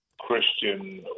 Christian